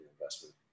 investment